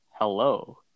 Hello